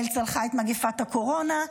ישראל צלחה את מגפת הקורונה,